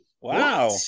Wow